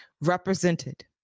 represented